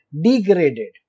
degraded